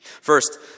First